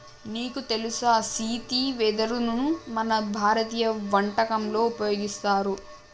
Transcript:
నీకు తెలుసా సీతి వెదరును మన భారతీయ వంటకంలో ఉపయోగిస్తారు